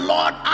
Lord